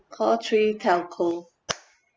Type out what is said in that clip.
call three telco